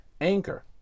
Anchor